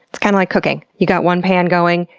it's kind of like cooking. you've got one pan going,